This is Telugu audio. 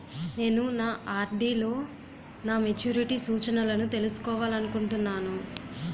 నేను నా ఆర్.డి లో నా మెచ్యూరిటీ సూచనలను తెలుసుకోవాలనుకుంటున్నాను